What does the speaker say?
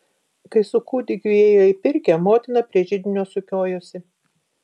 kai su kūdikiu įėjo į pirkią motina prie židinio sukiojosi